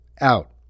out